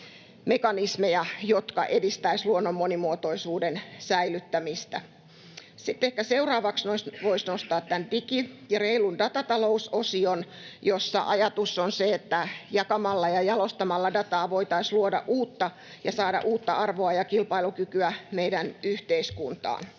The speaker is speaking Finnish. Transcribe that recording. mekanismeja, jotka edistäisivät luonnon monimuotoisuuden säilyttämistä. Sitten ehkä seuraavaksi voisi nostaa tämän digi- ja reilu datatalous ‑osion, jossa ajatus on se, että jakamalla ja jalostamalla dataa voitaisiin luoda uutta ja saada uutta arvoa ja kilpailukykyä meidän yhteiskuntaan.